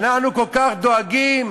אנחנו כל כך דואגים